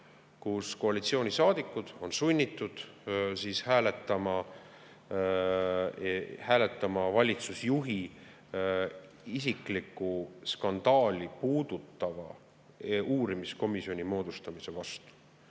kus koalitsioonisaadikud on sunnitud hääletama valitsusjuhi isiklikku skandaali puudutava uurimiskomisjoni moodustamise vastu.